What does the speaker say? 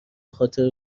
خاطر